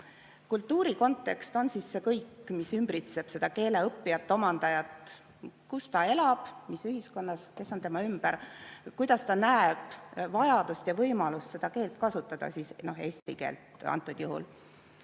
Kultuurikontekst on see kõik, mis ümbritseb seda keele õppijat, omandajat, kus ta elab, mis ühiskonnas, kes on tema ümber, kuidas ta näeb vajadust ja võimalust seda keelt kasutada, eesti keelt siis antud juhul,